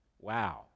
Wow